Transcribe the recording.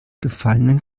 gefallenen